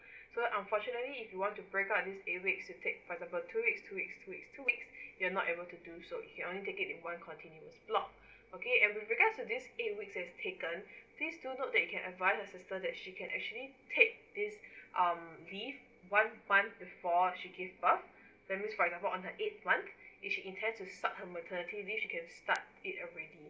so unfortunately if you want to break out this eight weeks to take by number two weeks two weeks two weeks two weeks you are not able to do so it can only take it in one continuous block okay and regards with this eight weeks has taken please do note that you can advise your sister that she can actually take this um leave one month before she give birth that's mean for example on her eighth month if she intend to start her maternity leave can start it already